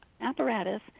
apparatus